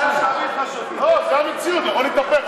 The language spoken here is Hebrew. לא, זו המציאות, הוא יכול להתהפך.